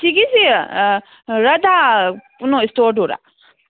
ꯁꯤꯒꯤꯁꯤ ꯔꯙꯥ ꯀꯩꯅꯣ ꯏꯁꯇꯣꯔꯗꯨꯔꯥ